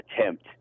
attempt